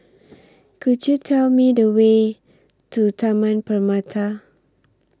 Could YOU Tell Me The Way to Taman Permata